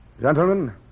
Gentlemen